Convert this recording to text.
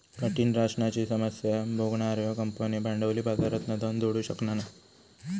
कठीण राशनाची समस्या भोगणार्यो कंपन्यो भांडवली बाजारातना धन जोडू शकना नाय